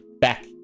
back